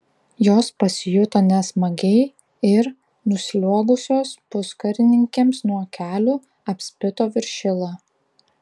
jos pasijuto nesmagiai ir nusliuogusios puskarininkiams nuo kelių apspito viršilą